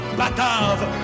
batave